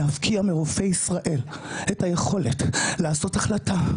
להפקיע מרופאי ישראל את היכולת לעשות החלטה,